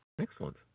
excellent